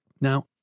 Now